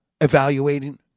evaluating